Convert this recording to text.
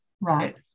Right